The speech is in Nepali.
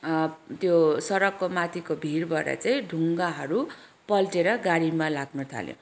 त्यो सडकको माथिको भिरबाट चाहिँ ढुङ्गाहरू पल्टेर गाडीमा लाग्नु थाल्यो